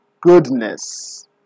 goodness